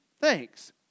thanks